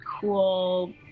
cool